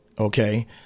okay